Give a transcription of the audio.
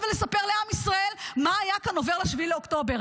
ולספר לעם ישראל מה היה כאן עובר ל-7 באוקטובר.